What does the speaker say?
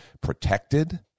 protected